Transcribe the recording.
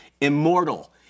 immortal